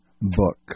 book